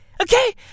Okay